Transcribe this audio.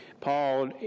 Paul